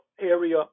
area